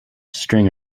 string